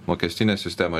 mokestinę sistemą